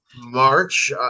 march